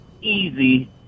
easy